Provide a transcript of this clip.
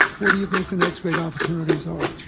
what do you think the next big opportunities are?